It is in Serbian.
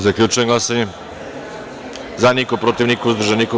Zaključujem glasanje: za - 10, protiv - niko, uzdržanih - nema.